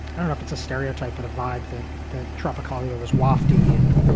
i don't if it's a stereotype, but a vibe that that tropicalia was wafty and.